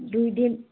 দুইদিন